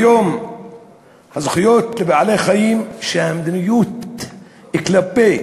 ביום זכויות בעלי-החיים, שהמדיניות כלפי